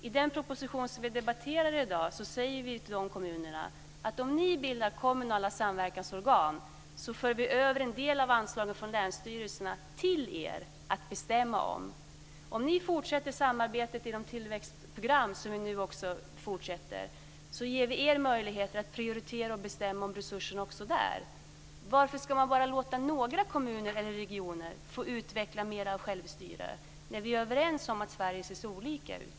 I den proposition som vi debatterar i dag säger vi till de kommunerna att om de bildar kommunala samverkansorgan för vi över en del av anslagen från länsstyrelserna till dem att bestämma över. Om de fortsätter samarbetet i de tillväxtprogram som vi fortsätter med ger vi dem möjligheter att prioritera och bestämma om resurserna också där. Varför ska man låta bara några kommuner eller regioner utveckla mer av självstyre när vi är överens om att olika delar av Sverige ser så olika ut?